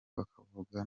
bakavuga